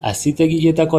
hazitegietako